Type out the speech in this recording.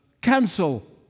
cancel